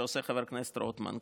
כמו שעושה חבר הכנסת רוטמן,